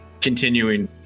continuing